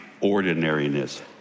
ordinariness